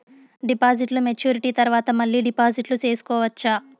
డిపాజిట్లు మెచ్యూరిటీ తర్వాత మళ్ళీ డిపాజిట్లు సేసుకోవచ్చా?